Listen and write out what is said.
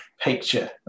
picture